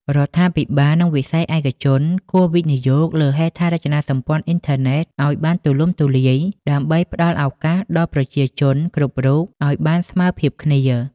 រដ្ឋាភិបាល និងវិស័យឯកជនគួរ វិនិយោគលើហេដ្ឋារចនាសម្ព័ន្ធអ៊ីនធឺណិត ឱ្យបានទូលំទូលាយដើម្បីផ្តល់ឱកាសដល់ប្រជាជនគ្រប់រូបឱ្យបានស្មើភាពគ្នា។